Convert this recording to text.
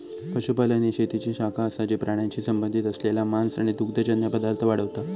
पशुपालन ही शेतीची शाखा असा जी प्राण्यांशी संबंधित असलेला मांस आणि दुग्धजन्य पदार्थ वाढवता